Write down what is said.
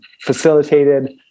facilitated